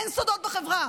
אין סודות בחברה.